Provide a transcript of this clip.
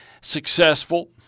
successful